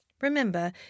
Remember